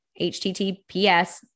HTTPS